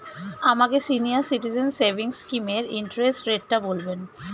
আমাকে senior citizen savings স্কিমের interest রেটটা বলবেন